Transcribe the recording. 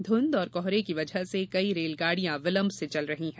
ध्रंध और कोहरे की वजह से कई रेलगाड़ियां विलंब से चल रही है